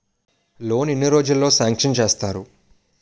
Loan ఎన్ని రోజుల్లో sanction చేస్తారు?